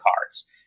cards